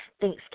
Thanks